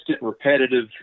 repetitive